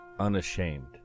Unashamed